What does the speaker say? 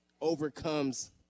overcomes